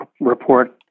Report